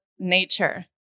nature